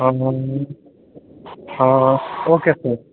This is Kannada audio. ಹಾಂ ಹಾಂ ಓಕೆ ಸರ್